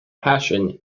passion